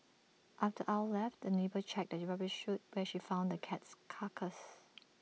after Ow left the neighbour checked the rubbish chute where she found the cat's carcass